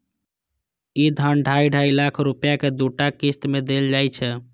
ई धन ढाइ ढाइ लाख रुपैया के दूटा किस्त मे देल जाइ छै